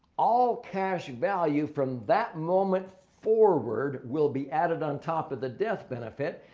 all cash value from that moment forward will be added on top of the death benefit.